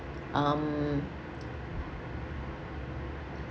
um